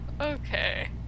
Okay